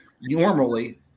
normally